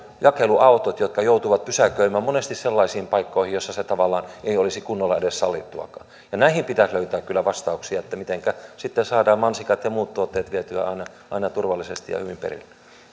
jakeluautot jotka joutuvat pysäköimään monesti sellaisiin paikkoihin joissa se tavallaan ei olisi kunnolla edes sallittuakaan näihin pitäisi löytää kyllä vastauksia mitenkä sitten saadaan mansikat ja muut tuotteet vietyä aina aina turvallisesti ja hyvin perille